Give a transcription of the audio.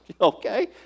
okay